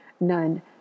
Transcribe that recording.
None